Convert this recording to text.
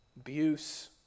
Abuse